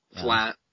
Flat